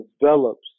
develops